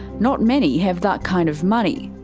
not many have that kind of money.